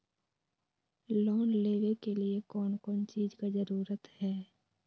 Loan लेबे के लिए कौन कौन चीज के जरूरत है?